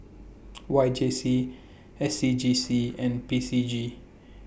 Y J C S C G C and P C G